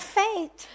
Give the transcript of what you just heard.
faith